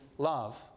Love